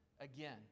again